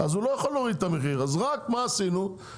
הוא לא יכול להוריד את המחיר ואז מה עשינו בזה?